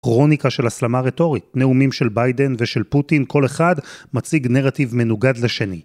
כרוניקה של הסלמה רטורית, נאומים של ביידן ושל פוטין, כל אחד מציג נרטיב מנוגד לשני.